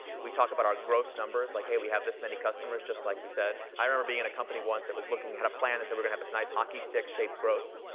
we talk about our gross numbers like hey, we have this many customers just like we said. i remember being in a company once that was looking, had a plan. they said we were gonna have this nice hockey stick-shaped growth.